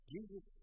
Jesus